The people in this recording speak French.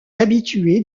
habitué